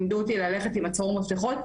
לימדו אותי ללכת עם הצרור מפתחות,